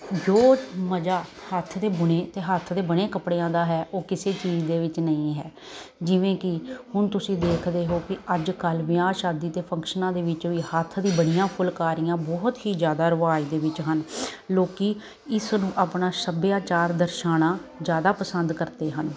ਜੋ ਮਜਾ ਹੱਥ ਦੇ ਬੁਣੇ ਤੇ ਹੱਥ ਦੇ ਬਣਾਏ ਕੱਪੜਿਆਂ ਦਾ ਹੈ ਉਹ ਕਿਸੇ ਚੀਜ਼ ਦੇ ਵਿੱਚ ਨਹੀਂ ਹ ਜਿਵੇਂ ਕਿ ਹੁਣ ਤੁਸੀਂ ਦੇਖਦੇ ਹੋ ਕਿ ਅੱਜ ਕੱਲ ਵਿਆਹ ਸ਼ਾਦੀ ਤੇ ਫੰਕਸ਼ਨਾਂ ਦੇ ਵਿੱਚੋਂ ਵੀ ਹੱਥ ਦੀ ਬਣੀਆਂ ਫੁਲਕਾਰੀਆਂ ਬਹੁਤ ਹੀ ਜਿਆਦਾ ਰਵਾਜ ਦੇ ਵਿੱਚ ਹਨ ਲੋਕੀ ਇਸ ਨੂੰ ਆਪਣਾ ਸੱਭਿਆਚਾਰ ਦਰਸ਼ਾਣਾ ਜਿਆਦਾ ਪਸੰਦ ਕਰਦੇ ਹਨ